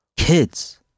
Kids